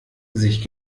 sich